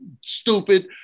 Stupid